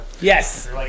Yes